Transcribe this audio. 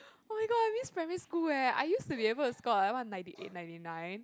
oh my god I miss primary school eh I used to be able to score what ninety eight ninty nine